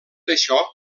això